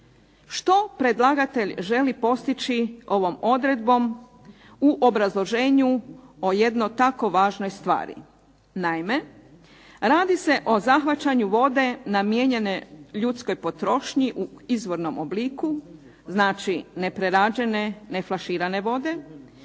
Što predlagatelj želi postići ovom odredbom u obrazloženju o jedno tako važnoj stvari? Naime, radi se o zahvaćanju vode namijenjene ljudskoj potrošnji u izvornom obliku, znači neprerađene neflaširane vode,